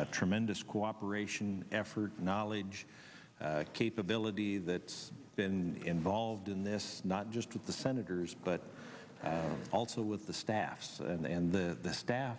a tremendous cooperation effort knowledge capability thats been involved in this not just with the senators but also with the staffs and the staff